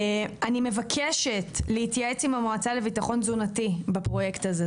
אני מבקשת להתייעץ עם המועצה לביטחון תזונתי בפרויקט הזה,